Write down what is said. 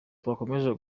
twakomeza